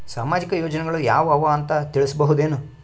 ಸಾಮಾಜಿಕ ಯೋಜನೆಗಳು ಯಾವ ಅವ ಅಂತ ತಿಳಸಬಹುದೇನು?